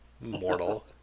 Mortal